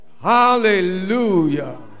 Hallelujah